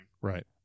Right